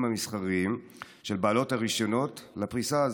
המסחריים של בעלות הרישיונות לפריסה הזאת.